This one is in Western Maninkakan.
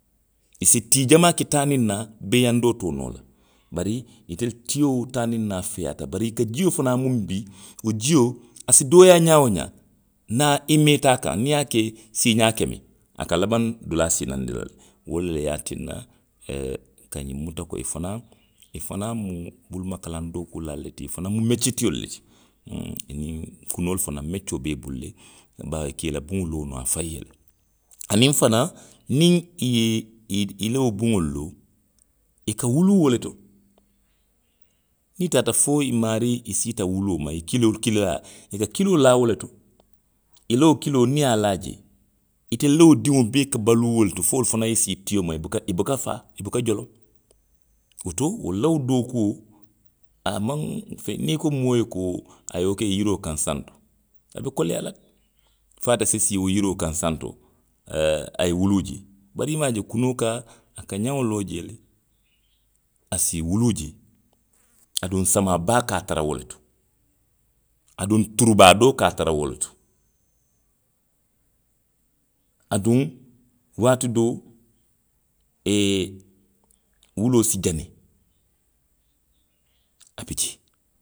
I si tii jamaa ke taa niŋ naa, beeyaŋ doo te wo noo la. Bari, itelu tio, taa niŋ naa. feeyaata, bari i ka jio fanaŋ muŋ bii, wo jio, a si dooyaa ňaa woo ňaa. niŋ a, niŋ i meeta a kaŋ. niŋ i ye a ke siiňaa keme. a ka labaŋ dulaa sinanndi la le, wolu le ye a tinna, ee, n ka ňiŋ muta ko i fanaŋ, i fanaŋ mu bulumakalaŋ dookuulaalu le ti, i fanaŋ mu meccee tiolu le ti, huu, ňiŋ, kunoolu fanaŋ, meccoo be i bulu le, baawo i ka i la buŋo loo noo afaŋ ye le. Aniŋ fanaŋ. niŋ i ye, i, i la buŋolu loo. i ka wuluu wo le to. niŋ i taata fo i maarii i siita wuluo ma. i ye kiloo, kili laa, i ka kiloo laa wo le to. I la wo kiloo niŋ i ye a laa jee. atelu la wo diŋo bee ka baluu wo le to, fo wolu fanaŋ ye si tio ma, a buka, i buka faa, i buka joloŋ. woto, wolu la wo dookuo, a maŋ feŋ, niŋ i ko moo ye ko a ye wo ke yiroo kaŋ santo. a be koleyaa la, fo ate se sii wo yiroo kaŋ santo. oo a ye wuluu jee, bari i maŋ a je kunoo ka, ka ňeŋo loo jee le. a si wuluu jee. aduŋ samaa baa ka a tara wo le to, aduŋ turubaadoo ka a tara wo le to, aduŋ, waati doo, wuloo se jani, a bi jee